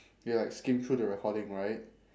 they will like skim through the recording right